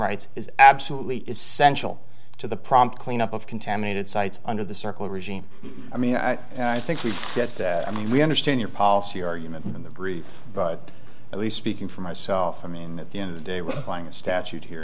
rights is absolutely essential to the prompt clean up of contaminated sites under the circle regime i mean and i think we get that i mean we understand your policy argument in the brief but at least speaking for myself i mean that the end of day we're going a statute here